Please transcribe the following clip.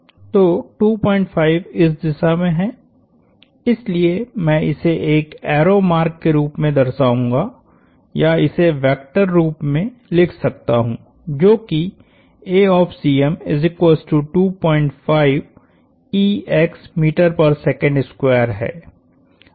तो 25 इस दिशा में है इसलिए मैं इसे एक एरो मार्क के रूप में दर्शाऊंगा या इसे वेक्टर रूप में लिख सकता हूं जो कीहै